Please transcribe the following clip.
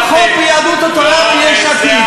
יהדות התורה זה לא פחות מיש עתיד.